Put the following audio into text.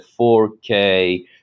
4K